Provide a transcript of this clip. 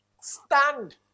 Stand